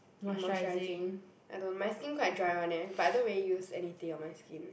moisturizing I don't my skin quite dry [one] eh but I don't really use anything on my skin